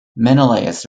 menelaus